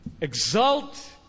exult